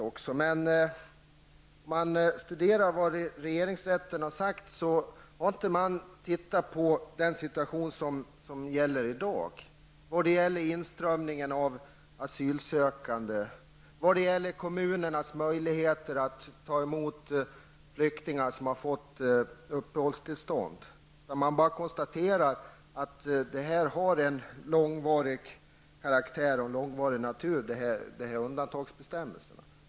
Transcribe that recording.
Om man studerar vad regeringsrätten har sagt, måste man emellertid samtidigt se på den situation som råder i dag beträffande inströmningen av asylsökande och kommunernas möjligheter att ta emot flyktingar som har fått uppehållstillstånd. Man kan konstatera att undantagsbestämmelserna är av långvarig karaktär.